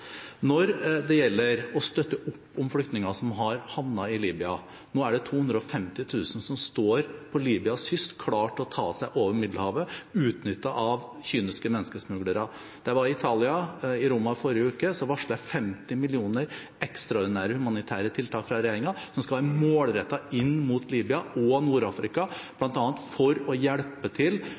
Når det gjelder å støtte opp om flyktninger som har havnet i Libya: Nå er det 250 000 som står på Libyas kyst klar til å ta seg over Middelhavet, utnyttet av kyniske menneskesmuglere. Da jeg var i Roma i Italia forrige uke, varslet jeg 50 mill. kr fra regjeringen til ekstraordinære humanitære tiltak som skal være målrettet mot Libya og Nord-Afrika, bl.a. for å hjelpe FN med å være i stand til